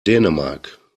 dänemark